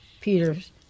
Peter's